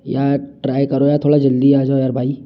यार ट्राई करो यार थोड़ा जल्दी आ जाओ यार भाई